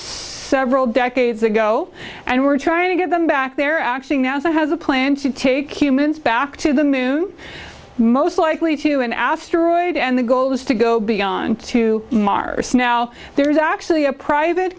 several decades ago and we're trying to get them back there actually nasa has a plan to take humans back to the moon most likely to an asteroid and the goal is to go beyond to mars now there's actually a private